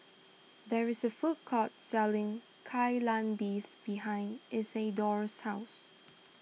there is a food court selling Kai Lan Beef behind Isidore's house